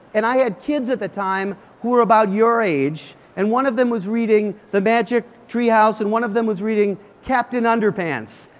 and i had kids at the time who were around your age and one of them was reading the magic treehouse and one of them was reading captain underpants.